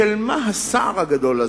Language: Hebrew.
בשל מה הסער הגדול הזה?